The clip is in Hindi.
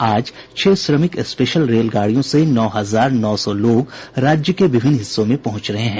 आज छह श्रमिक स्पेशल रेलगाड़ियों से नौ हजार नौ सौ लोग राज्य के विभिन्न हिस्सों में पहुंच रहे हैं